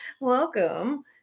Welcome